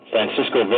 Francisco